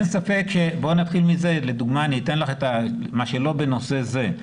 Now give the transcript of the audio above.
אני אתן דוגמה שלא בנושא הזה.